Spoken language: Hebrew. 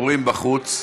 דיבורים בחוץ.